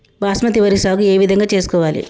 బాస్మతి వరి సాగు ఏ విధంగా చేసుకోవాలి?